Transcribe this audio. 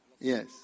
Yes